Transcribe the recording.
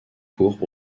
pourpres